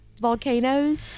volcanoes